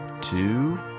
two